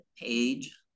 page